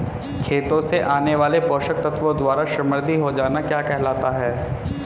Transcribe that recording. खेतों से आने वाले पोषक तत्वों द्वारा समृद्धि हो जाना क्या कहलाता है?